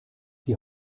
die